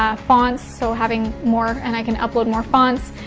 ah fonts. so having more and i can upload more fonts.